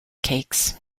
cakes